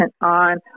on